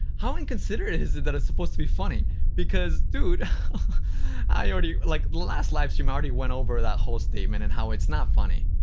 how inconsiderate is that that it's supposed to be funny because, dude i already, like, the last live stream, i already went over that whole statement and how it's not funny,